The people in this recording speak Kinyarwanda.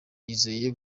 yizeye